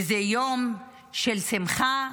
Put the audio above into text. וזה יום של שמחה,